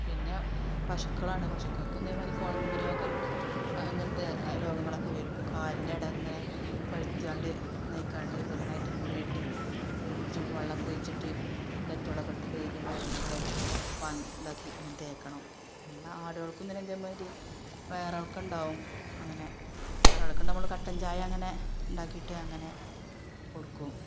പിന്നെ പശുക്കൾ ആണ് പശുക്കൾക്കും ഇതേമാതിരി കുളമ്പ് രോഗം അങ്ങനത്തെ രോഗങ്ങളൊക്കെ വരും കാലിൻ്റെ എടങ്ങനെ പഴുത്തു കൊണ്ട് ഇതായികാണ്ട് വൃണമായിട്ട് മുറിയായിട്ട് അയ്മ്മ നമ്മൾ ചൂടുവെള്ളം ഒക്കെ ഒഴിച്ചിട്ട് ഡെറ്റോളൊക്കെ ഇട്ട് കഴുകി മരുന്നൊക്കെ വാങ്ങി ഇതാക്കി അങ്ങനെ തേക്കണം പിന്നെ ആടുകൾക്കും ഇങ്ങനെ ഇതേ മാതിരി വയറിളക്കം ഉണ്ടാവും അങ്ങനെ വയറിളക്കം ഉണ്ടാവുമ്പോൾ നമ്മൾ കട്ടൻ ചായ അങ്ങനെ ഉണ്ടാക്കിയിട്ട് അങ്ങനെ കൊടുക്കും